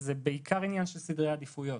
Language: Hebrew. זה בעיקר עניין של סדרי עדיפויות.